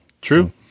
True